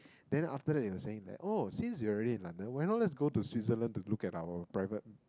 then after that they were saying that oh since we are already in London why not let's go to Switzerland to look at our private